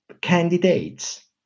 candidates